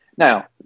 Now